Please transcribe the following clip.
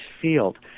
field